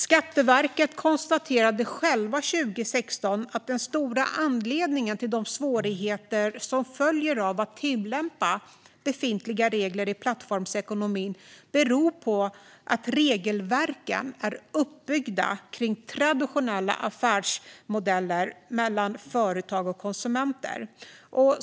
Skatteverket konstaterade själva 2016 att den stora anledningen till de svårigheter som följer av att tillämpa befintliga regler i plattformsekonomin är att regelverken är uppbyggda kring traditionella affärsmodeller mellan företag och konsumenter.